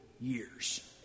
years